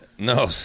No